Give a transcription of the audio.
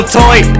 toy